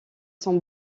son